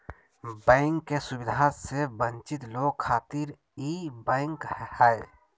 bank के सुविधा से वंचित लोग खातिर ई बैंक हय